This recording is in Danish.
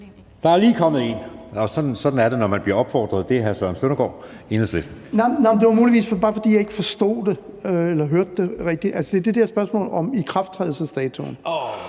der er lige kommet et. Sådan er det, når man bliver opfordret. Det er hr. Søren Søndergaard, Enhedslisten. Kl. 12:12 Søren Søndergaard (EL): Det var muligvis bare, fordi jeg ikke forstod det eller hørte det rigtigt, nemlig det der spørgsmål om ikrafttrædelsesdatoen.